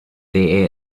they